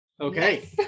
Okay